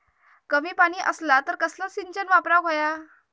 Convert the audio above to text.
कमी पाणी असला तर कसला सिंचन वापराक होया?